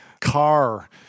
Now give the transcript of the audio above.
car